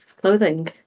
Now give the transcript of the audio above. clothing